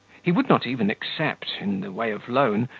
he would not even accept, in the way of loan,